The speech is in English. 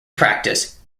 practice